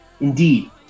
Indeed